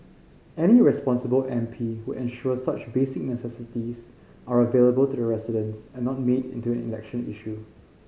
any responsible M P would ensure such basic necessities are available to the residents and not made into an election issue